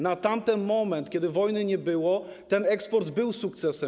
Na tamten moment, kiedy wojny nie było, ten eksport był sukcesem.